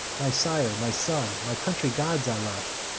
my sire, my son, my country gods i left.